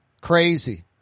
Crazy